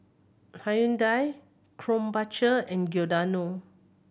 Hyundai Krombacher and Giordano